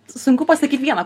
sunku pasakyt vieną